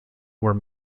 were